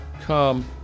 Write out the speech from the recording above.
come